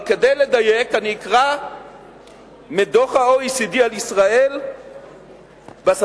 אבל כדי לדייק אקרא מדוח ה-OECD על ישראל בשפה